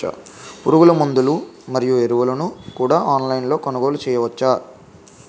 పురుగుమందులు ఎరువులను కూడా ఆన్లైన్ లొ కొనుగోలు చేయవచ్చా?